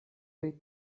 pri